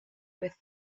with